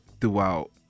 throughout